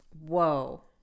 Whoa